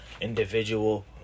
individual